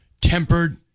tempered